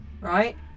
Right